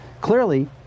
clearly